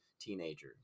teenager